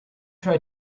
try